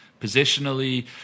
Positionally